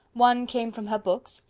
one came from her books,